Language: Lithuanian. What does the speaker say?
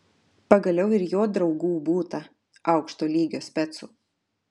pagaliau ir jo draugų būta aukšto lygio specų